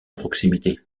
proximité